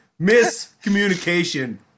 Miscommunication